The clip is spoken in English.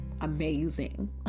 amazing